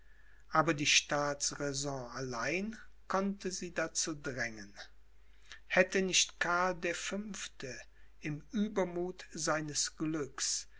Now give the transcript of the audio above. aber die staatsräson allein konnte sie dazu drängen hätte nicht karl der fünfte im uebermuth seines glücks